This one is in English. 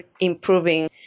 improving